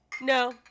No